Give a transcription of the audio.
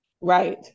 Right